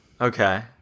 Okay